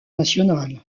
national